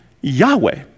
Yahweh